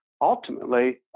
ultimately